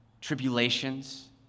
tribulations